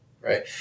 right